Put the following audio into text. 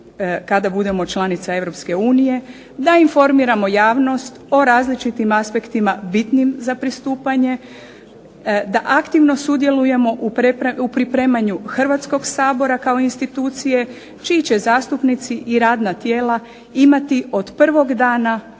kada budemo članica Europske unije, da informiramo javnost o različitim aspektima bitnim za pristupanje, da aktivno sudjelujemo u pripremanju Hrvatskog sabora kao institucije čiji će zastupnici i radna tijela imati od prvog dana